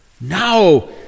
Now